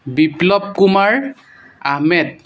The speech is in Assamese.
বিপ্লৱ কুমাৰ আহমেদ